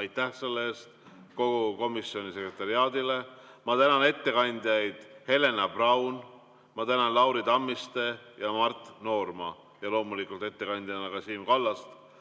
Aitäh selle eest kogu komisjoni sekretariaadile! Ma tänan ettekandjaid Helena Brauni, Lauri Tammistet ja Mart Noormat ning loomulikult ettekandja Siim Kallast.